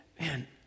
man